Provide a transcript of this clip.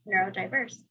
neurodiverse